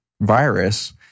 virus